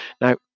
Now